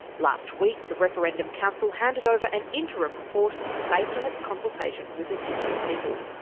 last week the referendum council handed over an interim report based on its consultations with indigenous people.